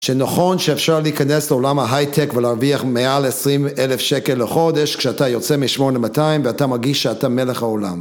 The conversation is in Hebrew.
שנכון שאפשר להיכנס לעולם ההייטק ולהרוויח מעל 20 אלף שקל לחודש כשאתה יוצא מ-8200 ואתה מרגיש שאתה מלך העולם.